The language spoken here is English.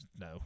no